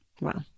Wow